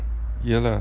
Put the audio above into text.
ya lah